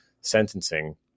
sentencing